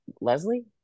Leslie